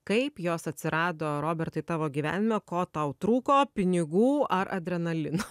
kaip jos atsirado robertai tavo gyvenime ko tau trūko pinigų ar adrenalino